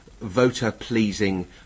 voter-pleasing